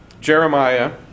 Jeremiah